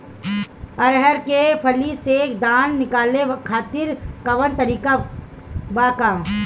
अरहर के फली से दाना निकाले खातिर कवन तकनीक बा का?